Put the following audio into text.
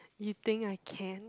you think I can